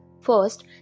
First